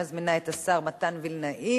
אני מזמינה את השר מתן וילנאי